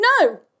no